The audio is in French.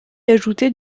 ajouter